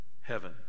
heaven